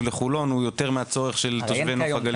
לחולון הוא יותר מהצורך של תושבי נוף הגליל?